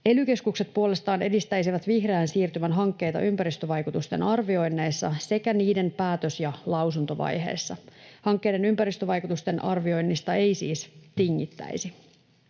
Ely-keskukset puolestaan edistäisivät vihreän siirtymän hankkeita ympäristövaikutusten arvioinneissa sekä niiden päätös- ja lausuntovaiheessa. Hankkeiden ympäristövaikutusten arvioinnista ei siis tingittäisi.